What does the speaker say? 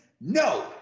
No